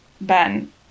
Ben